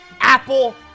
Apple